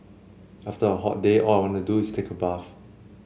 after a hot day all I want to do is take a bath